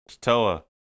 Toa